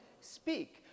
speak